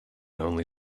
only